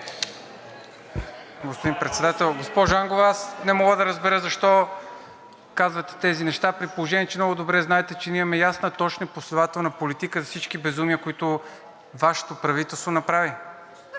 Господин Председател! Госпожо Ангова, не мога да разбера защо казвате тези неща, при положение че много добре знаете, че ние имаме ясна, точна и последователна политика за всички безумия, които Вашето правителство направи.